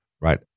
right